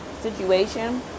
situation